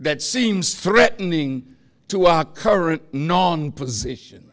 that seems threatening to our current known position